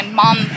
mom